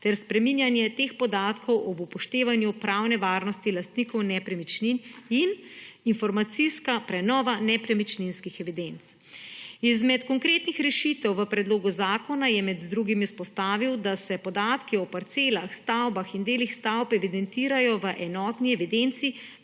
ter spreminjanje teh podatkov ob upoštevanju pravne varnosti lastnikov nepremičnin in informacijska prenova nepremičninskih evidenc. Izmed konkretnih rešitev v predlogu zakona je med drugim izpostavil, da se podatki o parcelah, stavbah in delih stavb evidentirajo v enotni evidenci